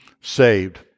saved